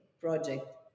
project